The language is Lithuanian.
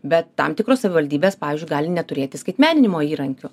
bet tam tikros savivaldybės pavyzdžiui gali neturėti skaitmeninimo įrankių